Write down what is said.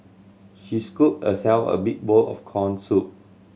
she scooped herself a big bowl of corn soup